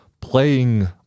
playing